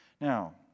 Now